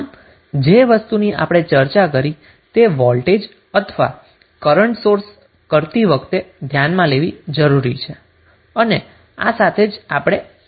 આમ જે વસ્તુની આપણે ચર્ચા કરી તે વોલ્ટેજ અથવા કરન્ટ સોર્સ ટ્રાન્સફોર્મેશન કરતી વખતે ધ્યાનમાં લેવી જરૂરી છે અને આ સાથે જ આપણે આજના આ સેશન ને પુર્ણ કરીએ